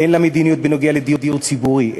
אין לה מדיניות בנוגע לדיור ציבורי,